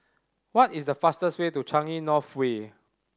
what is the fastest way to Changi North Way